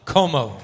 Como